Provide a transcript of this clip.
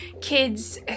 kids